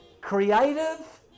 creative